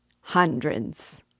Hundreds